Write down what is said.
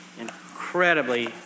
incredibly